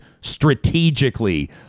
strategically